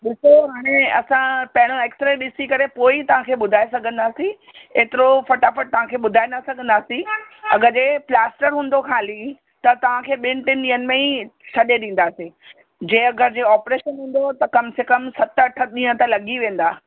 ॾिसो हाणे असां पहिरियों ऐक्सरे ॾिसी करे पोइ ई तव्हांखे ॿुधाए सघंदासीं हेतिरो फटाफटि तव्हांखे ॿुधाए न सघंदासीं अगरि जे प्लास्टर हूंदो ख़ाली त तव्हांखे ॿिनि टिनि ॾींहनि में ई छ्ॾे ॾींदासे जे अगरि जे ऑपरेशन हूंदो त कम से कम सत अठ ॾींहं त लॻी वेंदा